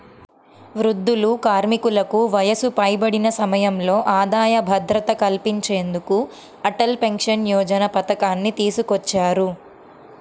వృద్ధులు, కార్మికులకు వయసు పైబడిన సమయంలో ఆదాయ భద్రత కల్పించేందుకు అటల్ పెన్షన్ యోజన పథకాన్ని తీసుకొచ్చారు